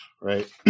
right